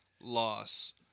loss